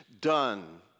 done